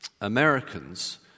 Americans